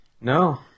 No